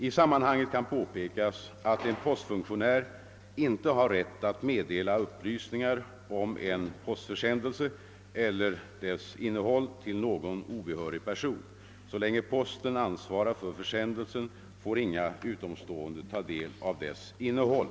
I sammanhanget kan påpekas att en postfunktionär inte har rätt att meddela upplysningar om en postförsändelse eller dess innehåll till någon obehörig person. Så länge posten ansvarar för försändelsen får inga utomstående ta del av dess innehåll.